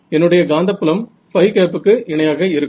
என்னுடைய காந்தப்புலம் க்கு இணையாக இருக்கும்